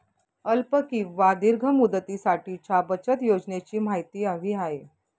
अल्प किंवा दीर्घ मुदतीसाठीच्या बचत योजनेची माहिती हवी आहे